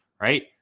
Right